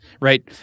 right